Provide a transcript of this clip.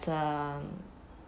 uh